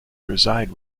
reside